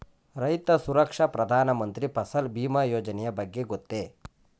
ರೈತ ಸುರಕ್ಷಾ ಪ್ರಧಾನ ಮಂತ್ರಿ ಫಸಲ್ ಭೀಮ ಯೋಜನೆಯ ಬಗ್ಗೆ ಗೊತ್ತೇ?